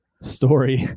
story